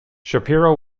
shapiro